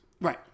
Right